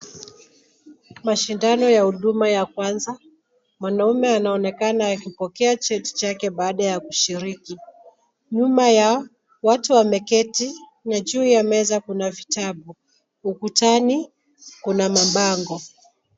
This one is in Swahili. Mashindano ya huduma ya kwanza. Mwanaume anaonekana akipokea cheti chake baada ya kushiriki. Nyuma yao, watu wameketi na juu ya meza kuna vitabu. Ukutani kuna mabango.